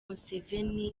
museveni